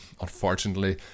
unfortunately